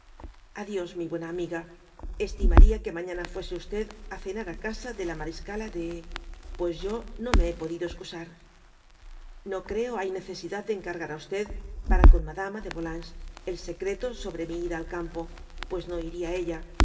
a dios mi buena amiga y estimaría que mañana fuese á cenar casa de la maríscala de pues yo no me hé podido escusar no creo hay necesidad de encargar á para con madama de yolanges el secreto sobre mi ida al campo pues no iría ella